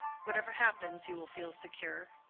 whatever happens, you will feel secure.